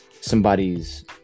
somebody's